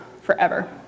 forever